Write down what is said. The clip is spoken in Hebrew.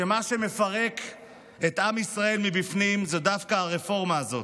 שמה שמפרק את עם ישראל מבפנים זה דווקא הרפורמה הזאת,